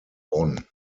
bonn